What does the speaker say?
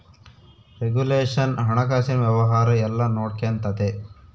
regulation ಹಣಕಾಸಿನ ವ್ಯವಹಾರ ಎಲ್ಲ ನೊಡ್ಕೆಂತತೆ